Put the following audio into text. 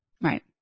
right